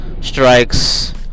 strikes